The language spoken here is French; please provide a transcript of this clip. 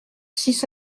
six